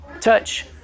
touch